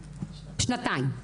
שנתיים.